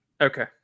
Okay